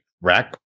rack